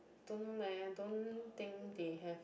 don't know leh don't think they have